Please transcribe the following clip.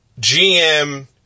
GM